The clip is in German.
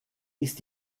ist